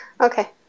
Okay